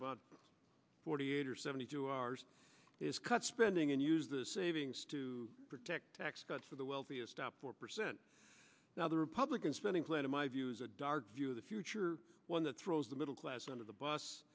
about forty eight or seventy two hours is cut spending and use the savings to protect tax cuts for the wealthiest top one percent now the republican spending plan in my view is a dark view of the future one that throws the middle class under the bus